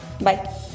Bye